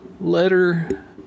letter